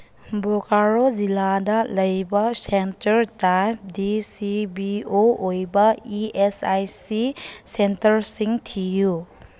ꯕꯣꯀꯥꯔꯣ ꯖꯤꯜꯂꯥꯗ ꯂꯩꯕ centre type D C B O ꯑꯣꯏꯕ ꯏ ꯑꯦꯁ ꯑꯥꯏ ꯁꯤ ꯁꯦꯟꯇꯔꯁꯤꯡ ꯊꯤꯌꯨ